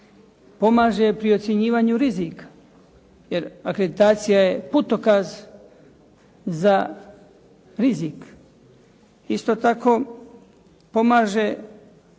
pomaže pri ocjenjivanju rizika jer akreditacija je putokaz za rizik. Isto tako, pomaže